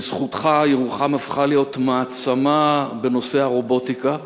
בזכותך ירוחם הפכה להיות מעצמה בנושא הרובוטיקה,